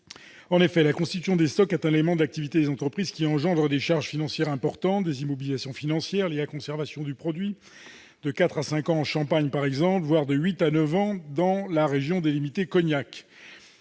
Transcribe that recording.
viticole. La constitution de stocks est un élément de l'activité des entreprises qui engendre des charges financières importantes : des immobilisations financières liées à la conservation du produit, de quatre à cinq en Champagne par exemple, voire de huit à neuf ans dans la région délimitée Cognac.